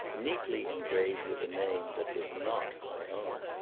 neatly engraved with a name that was not my own.